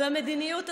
והמדינות הזאת,